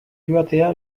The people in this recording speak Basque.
joatea